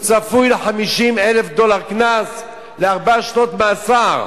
הוא צפוי ל-50,000 דולר קנס, לארבע שנות מאסר.